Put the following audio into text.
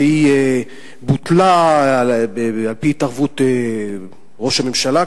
והיא בוטלה על-פי התערבות ראש הממשלה,